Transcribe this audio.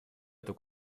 эту